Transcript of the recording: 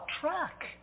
track